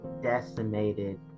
decimated